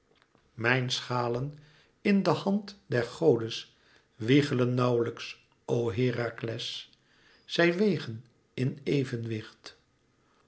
mijne schalen in de hand der godes wiegelen nauwlijks o herakles zij wegen in evenwicht